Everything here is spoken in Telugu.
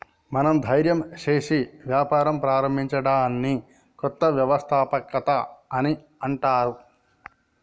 మనం ధైర్యం సేసి వ్యాపారం ప్రారంభించడాన్ని కొత్త వ్యవస్థాపకత అని అంటర్